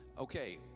Okay